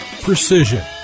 precision